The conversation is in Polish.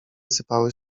sypały